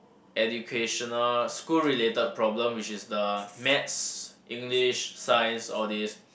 educational school related problem which is the Maths English Science all these